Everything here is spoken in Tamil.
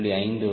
5 வரை